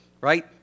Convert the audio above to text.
Right